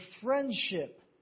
friendship